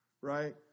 right